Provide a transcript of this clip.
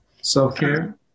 Self-care